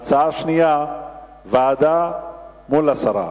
ההצעה השנייה היא ועדה מול הסרה.